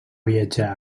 viatjar